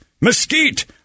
mesquite